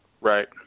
Right